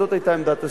זאת היתה עמדת הסיעה,